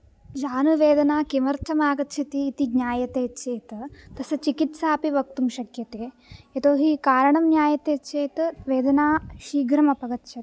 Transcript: जानुवेदना किमर्थम् आगच्छति इति ज्ञायते चेत् तस्य चिकित्सा अपि वक्तुं शक्यते यतो हि कारणं ज्ञायते चेत् वेदना शीघ्रम् अपगच्छति